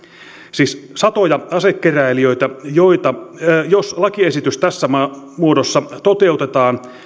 siis satoja asekeräilijöitä ja jos lakiesitys tässä muodossa toteutetaan